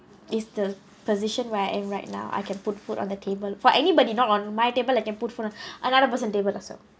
is the position where I am right now I can put food on the table for anybody not on my table I can put for another person table also